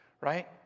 right